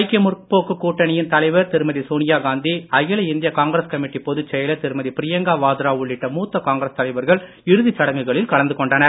ஐக்கிய முற்போக்கு கூட்டணியின் தலைவர் திருமதி சோனியா காந்தி அகில இந்திய காங்கிரஸ் கமிட்டி பொதுச் செயலர் திருமதி பிரியங்கா வாத்ரா உள்ளிட்ட மூத்த காங்கிரஸ் தலைவர்கள் இறுதிச் சடங்குகளில் கலந்து கொண்டனர்